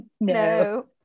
No